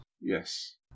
Yes